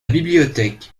bibliothèque